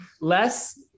Less